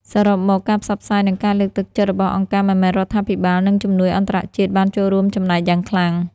សរុបមក ការផ្សព្វផ្សាយ និងការលើកទឹកចិត្តរបស់អង្គការមិនមែនរដ្ឋាភិបាល និងជំនួយអន្តរជាតិបានចូលរួមចំណែកយ៉ាងខ្លាំង។